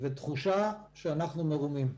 ויש תחושה שאנחנו מרומים.